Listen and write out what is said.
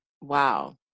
Wow